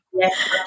Yes